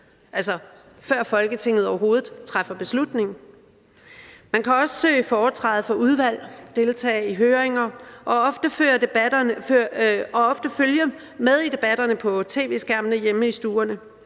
før Folketinget overhovedet træffer beslutning. Man kan også søge foretræde for udvalg, deltage i høringer og ofte følge med i debatterne på tv-skærmene hjemme i stuerne.